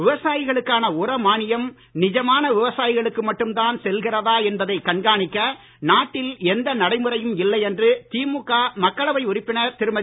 விவசாயிகளுக்கான உர மானியம் நிஜமான விவசாயிகளுக்கு மட்டும்தான் செல்கிறதா என்பதை கண்காணிக்க நாட்டில் எந்த நடைமுறையும் இல்லை என்று திமுக மக்களவை உறுப்பினர் திருமதி